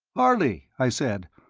harley! i said.